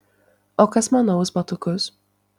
o kas man nuaus batukus